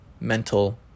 mental